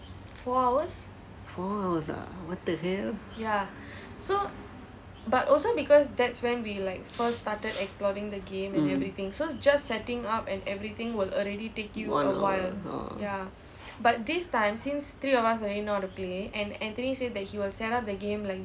four hours ah what the hell mm one hour orh